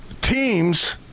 teams